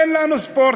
אין לנו ספורט.